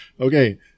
Okay